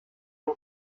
ils